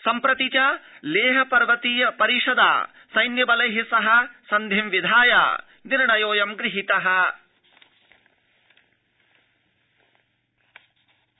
सम्प्रति लेह पर्वतीय परिषदा सैन्य बलै सह सन्धिं विधाय निर्णयोऽयं गृहीतोऽस्ति